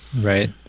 Right